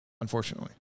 unfortunately